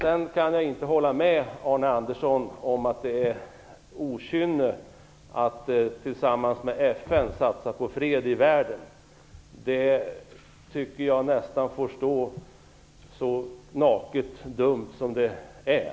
Sedan kan jag inte hålla med Arne Andersson om att det är okynne att tillsammans med FN satsa på fred i världen. Det tycker jag nästan får stå så naket och dumt som det är.